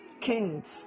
kings